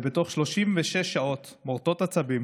ובתוך 36 שעות מורטות עצבים